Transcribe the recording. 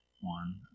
one